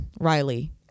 Riley